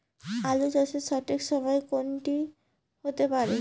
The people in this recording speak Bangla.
আলু চাষের সঠিক সময় কোন টি হতে পারে?